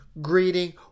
greeting